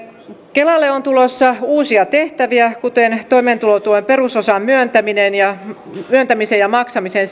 kelalle on tulossa uusia tehtäviä kuten toimeentulotuen perusosan myöntämisen ja maksamisen